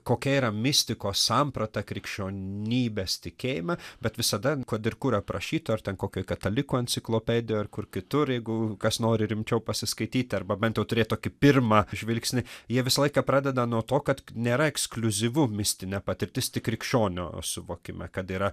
kokia yra mistikos samprata krikščionybės tikėjime bet visada kad ir kur aprašyta ar ten kokioj katalikų enciklopedijoj ar kur kitur jeigu kas nori rimčiau pasiskaityti arba bent turėt tokį pirmą žvilgsnį jie visą laiką pradeda nuo to kad nėra ekskliuzyvu mistinė patirtis tik krikščionio suvokime kad yra